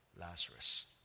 Lazarus